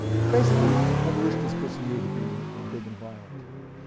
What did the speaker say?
but basically evolution is pushing you to be big and violent.